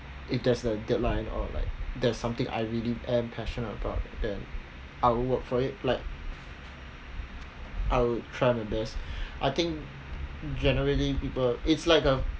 if there's a deadline or like there's something I really am passionate about then I will work for it like I'll try my best I think generally people it's like a